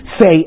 say